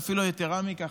ואפילו יתרה מכך,